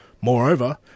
Moreover